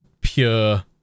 pure